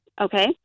Okay